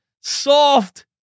soft